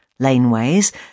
laneways